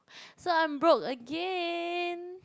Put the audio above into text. so I'm broke again